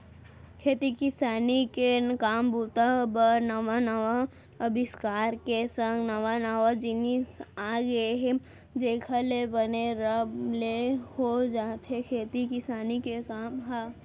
खेती किसानी के काम बूता बर नवा नवा अबिस्कार के संग नवा नवा जिनिस आ गय हे जेखर ले बने रब ले हो जाथे खेती किसानी के काम ह